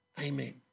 Amen